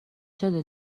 چرا